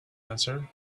answered